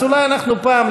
אז אולי אנחנו פעם,